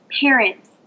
Parents